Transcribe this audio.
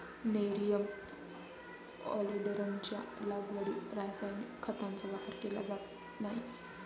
nerium ऑलिंडरच्या लागवडीत रासायनिक खतांचा वापर केला जात नाही